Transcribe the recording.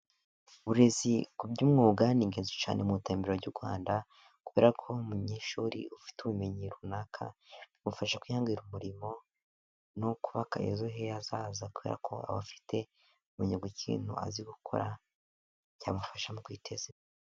Uburezi ku by'umwuga ni ingenzi cyane mu iterambere ry'u Rwanda, kubera ko umunyeshuri ufite ubumenyi runaka, bimufasha kwihangira umurimo, no kubaka ejo he hazaza, kubera ko aba afite kumenya kinintu azi gukora cyamufasha mu kwiteza imbere.